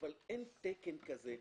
אבל במדינת ישראל אין תקן כזה.